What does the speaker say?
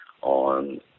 on